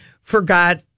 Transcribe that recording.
forgot